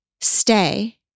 stay